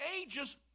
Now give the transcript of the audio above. ages